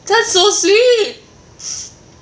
that's so sweet